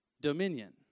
dominion